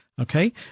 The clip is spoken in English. Okay